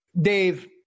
Dave